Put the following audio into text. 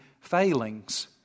failings